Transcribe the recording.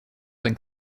than